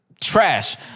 Trash